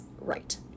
right